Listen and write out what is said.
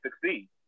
succeed